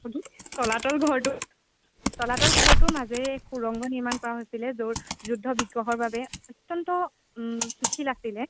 তলাতল ঘৰটো তলাতল ঘৰটোৰ মাজেৰে সুৰংগ নিৰ্মাণ কৰা হৈছিলে য'ত যুদ্ধ বিগ্ৰহৰ বাবে অত্যন্ত শিথিল আছিলে